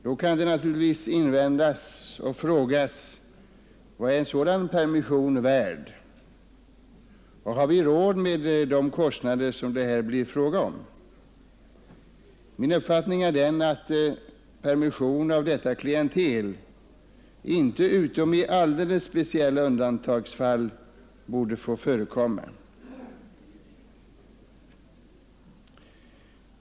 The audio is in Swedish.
Då kan det naturligtvis invändas och frågas: Vad är en sådan permission värd och har vi råd med de kostnader som det här blir fråga om? Min uppfattning är den att permission av detta klientel inte utom i alldeles speciella undantagsfall borde få förekomma.